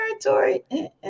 territory